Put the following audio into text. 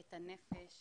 את הנפש